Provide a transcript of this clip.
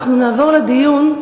אנחנו נעבור לדיון.